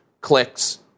clicks